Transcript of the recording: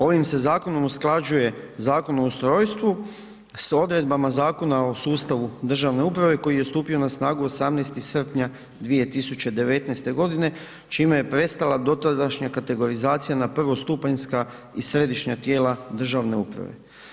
Ovim se zakonom usklađuje Zakon o ustrojstvu s odredbama Zakona o sustavu državne uprave koji je stupio na snagu 18. srpnja 2019.g. čime je prestala dotadašnja kategorizacija na prvostupanjska i središnja tijela državne uprave.